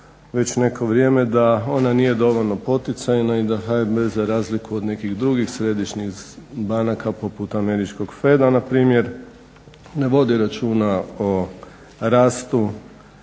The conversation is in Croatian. već neko vrijeme da ona nije dovoljno poticajna i da HNB za razliku od nekih drugih središnjih banaka poput američkog FED-a na primjer, ne vodi računa o rastu